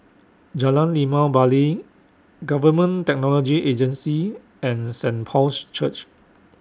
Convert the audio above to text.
Jalan Limau Bali Government Technology Agency and Saint Paul's Church